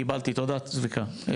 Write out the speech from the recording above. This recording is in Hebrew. קיבלתי, תודה צביקה.